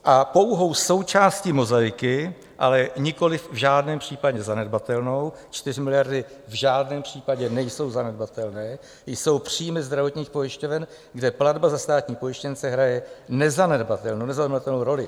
A pouhou součástí mozaiky, ale nikoliv v žádném případě zanedbatelnou, 4 miliardy v žádném případně nejsou zanedbatelné, jsou příjmy zdravotních pojišťoven, kde platba za státní pojištěnce hraje nezanedbatelnou roli.